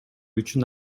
үчүн